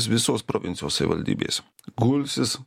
visos provincijos savivaldybės gulsis